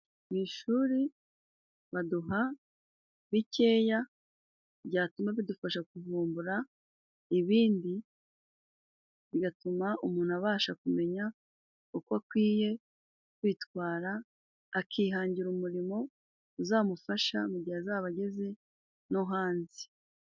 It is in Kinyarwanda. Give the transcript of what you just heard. Mu ishuri baduha bikeya byatuma bidufasha kuvumbura ibindi , bigatuma umuntu abasha kumenya uko akwiye kwitwara akihangira umurimo uzamufasha mu gihe azaba ageze no hanze .